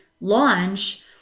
launch